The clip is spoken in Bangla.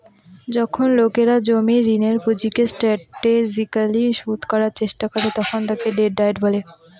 যখন লোকেরা জমির ঋণের পুঁজিকে স্ট্র্যাটেজিকালি শোধ করার চেষ্টা করে তখন তাকে ডেট ডায়েট বলে